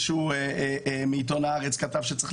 מי שעוקב פה רואה שאני לא מרבה